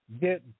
get